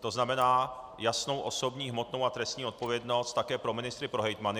to znamená jasnou osobní hmotnou a trestní odpovědnost také pro ministry a pro hejtmany.